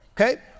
Okay